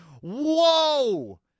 Whoa